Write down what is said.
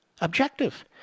objective